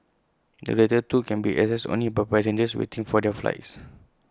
the latter two can be accessed only by passengers waiting for their flights